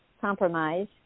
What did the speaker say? Compromise